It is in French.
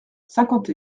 cinquante